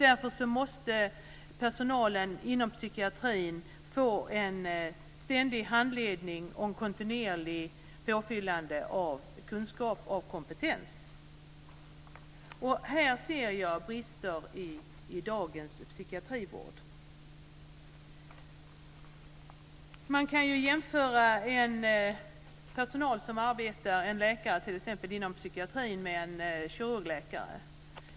Därför måste personalen inom psykiatrin få en ständig handledning och ett kontinuerligt påfyllande av kunskap och kompetens. Jag ser härvidlag brister i dagens psykiatriska vård. Man kan jämföra med personal inom psykiatrin, t.ex. en läkare, med en kirurg.